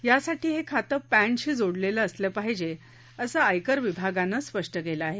यासाठी हे खातं पॅनशी जोडलेलं असलं पाहिजे असं आयकर विभागनं स्पष्ट केलं आहे